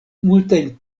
multajn